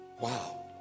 Wow